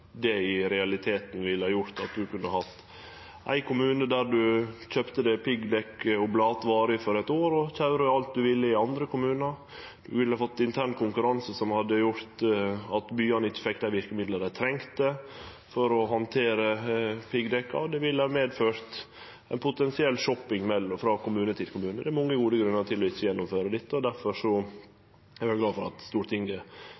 det i realiteten ville gjort at ein i ein kommune kunne ha kjøpt eit piggdekkoblat som hadde varigheit på eitt år, og ha køyrt alt ein ville i andre kommunar. Vi ville fått ein intern konkurranse som hadde gjort at byane ikkje fekk dei verkemidla dei trong for å handtere piggdekka, og det ville ha ført til ein potensiell «shopping» frå kommune til kommune. Det er mange gode grunnar til ikkje å gjennomføre dette, og difor er eg glad for at Stortinget